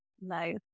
Nice